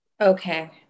Okay